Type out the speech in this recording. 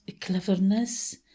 cleverness